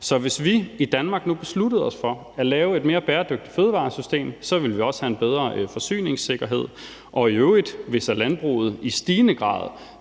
Så hvis vi i Danmark nu besluttede os for at lave et mere bæredygtigt fødevaresystem, ville vi også have en bedre forsyningssikkerhed. Og hvis landbruget i stigende grad